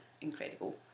incredible